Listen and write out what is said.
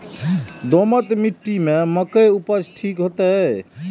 दोमट मिट्टी में मक्के उपज ठीक होते?